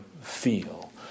feel